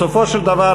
בסופו של דבר,